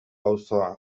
auzoa